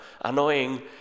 annoying